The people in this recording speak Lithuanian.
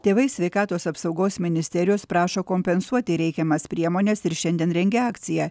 tėvai sveikatos apsaugos ministerijos prašo kompensuoti reikiamas priemones ir šiandien rengia akciją